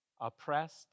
oppressed